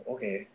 Okay